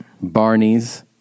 barney's